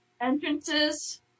Entrances